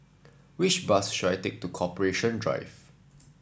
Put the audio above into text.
which bus should I take to Corporation Drive